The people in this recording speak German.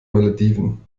malediven